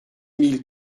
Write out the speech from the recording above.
mille